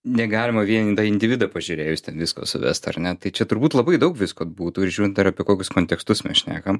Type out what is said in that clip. negalima vien į tą individą pažiūrėjus ten visko suvest ar ne tai čia turbūt labai daug visko būtų ir žiūrint dar apie kokius kontekstus mes šnekam